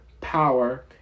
power